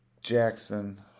Jackson